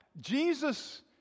Jesus